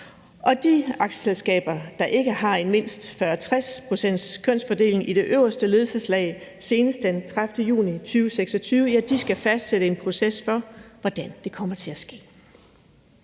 at de aktieselskaber, der ikke har mindst en 40-60-procentskønsfordeling i det øverste ledelseslag senest den 30. juni 2026, skal fastsætte en proces for, hvordan det kommer til at ske.